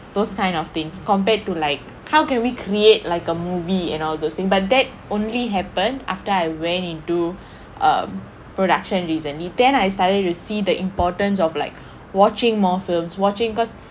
those kind of things compared to like how can we create like a movie and all those thing but that only happen after I went into a production recently then I started to see the importance of like watching more films watching because